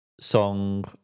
song